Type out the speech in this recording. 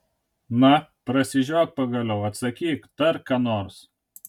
na prasižiok pagaliau atsakyk tark ką nors